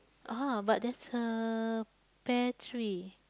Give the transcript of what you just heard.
!aha! but there's a pear tree